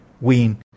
win